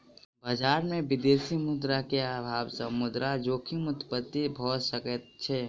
बजार में विदेशी मुद्रा के अभाव सॅ मुद्रा जोखिम उत्पत्ति भ सकै छै